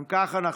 [מס' מ/1448,